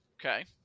Okay